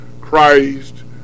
Christ